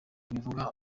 bivuga